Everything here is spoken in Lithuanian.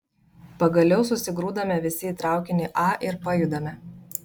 pagaliau susigrūdame visi į traukinį a ir pajudame